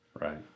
Right